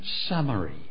summary